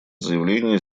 заявление